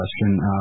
question